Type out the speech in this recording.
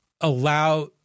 allow